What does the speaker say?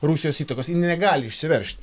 rusijos įtakos ji negali išsiveržt